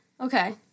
Okay